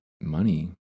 money